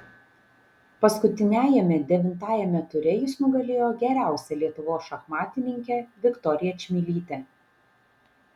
paskutiniajame devintajame ture jis nugalėjo geriausią lietuvos šachmatininkę viktoriją čmilytę